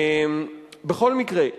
בכל מקרה,